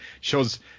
shows